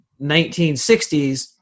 1960s